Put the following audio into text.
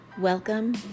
Welcome